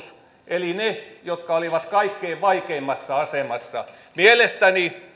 eli ne jotka olivat kaikkein vaikeimmassa asemassa mielestäni